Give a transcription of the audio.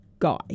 guy